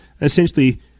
essentially